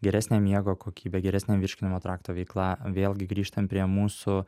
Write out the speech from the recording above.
geresnė miego kokybė geresnė virškinimo trakto veikla vėlgi grįžtant prie mūsų